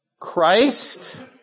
Christ